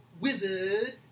wizard